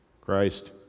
Christ